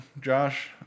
Josh